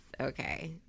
Okay